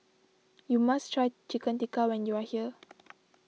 you must try Chicken Tikka when you are here